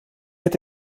het